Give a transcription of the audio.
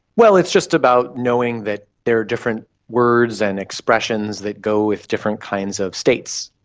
well, it's just about knowing that there are different words and expressions that go with different kinds of states.